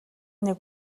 нэг